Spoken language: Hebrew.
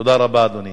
תודה רבה, אדוני.